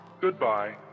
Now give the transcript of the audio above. Goodbye